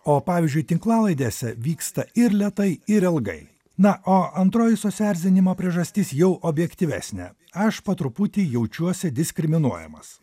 o pavyzdžiui tinklalaidėse vyksta ir lėtai ir ilgai na o antroji susierzinimo priežastis jau objektyvesnė aš po truputį jaučiuosi diskriminuojamas